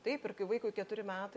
taip ir kai vaikui keturi metai